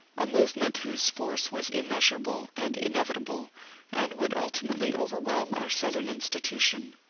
a movement whose force was immeasurable and in evitable and would ultimately overwhelm our southern institution.